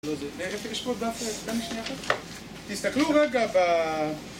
תסתכלו רגע ב...